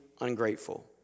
ungrateful